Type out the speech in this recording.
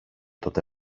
τότε